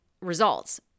results